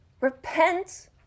Repent